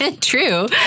True